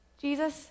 Jesus